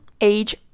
age